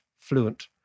fluent